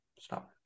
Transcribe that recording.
stop